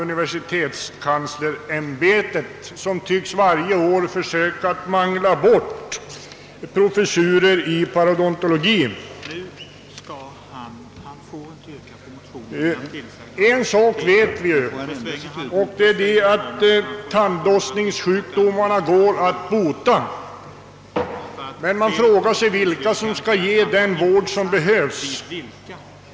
Universitetskanslersämbetet tycks emellertid varje år försöka mangla bort förslagen om professurer i parodontologi. En sak vet vi, och det är att tandlossningssjukdomarna går att bota. Men vilka skall ge den vård som behövs?